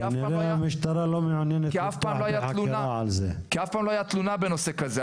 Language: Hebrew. כי אף פעם לא הייתה תלונה בנושא כזה.